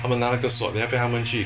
他们拿那个 sword then 他们去